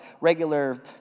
regular